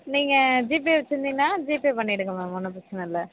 நீங்கள் ஜிபே வெச்சுருந்திங்கனா ஜிபே பண்ணிவிடுங்க மேம் ஒன்றும் பிரச்சின இல்லை